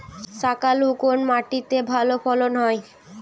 শাকালু কোন মাটিতে ভালো ফলন হয়?